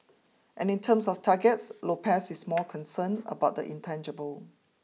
and in terms of targets Lopez is more concerned about the intangible